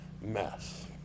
mess